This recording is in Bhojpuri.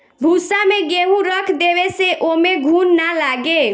भूसा में गेंहू रख देवे से ओमे घुन ना लागे